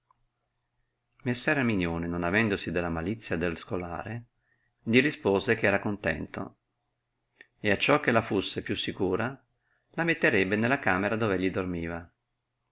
messer erminione non avedendosi della malizia del scolare li rispose che era contento e acciò che la fusse più sicura la metterebbe nella camera dove egli dormiva